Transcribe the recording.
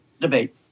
debate